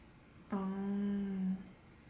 oh